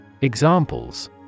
Examples